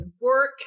work